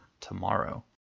tomorrow